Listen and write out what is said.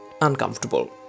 uncomfortable